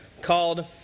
called